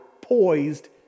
poised